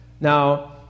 Now